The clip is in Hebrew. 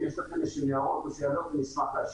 אם יש לכם הערות או שאלות, אשמח להשיב.